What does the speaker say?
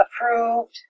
approved